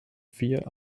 vier